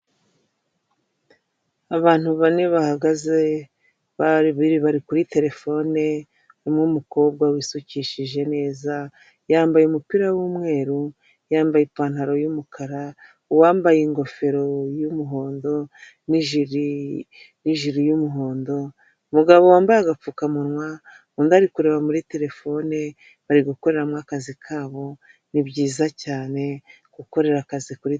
Abantu bane bahagaze bari kuri terefone, umukobwa wisukishije neza yambaye umupira w'umweru yambaye ipantaro y'umukara, uwambaye ingofero y'umuhondo n'ijiri y'umuhondo, umugabo wambaye agapfukamunwa undi ari kureba muri terefone bari gukoreramokazi kabo ni byiza cyane gukorera akazi kuri.